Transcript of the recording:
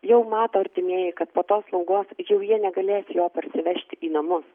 jau mato artimieji kad po to slaugos jau jie negalės jo parsivežti į namus